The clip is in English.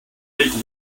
make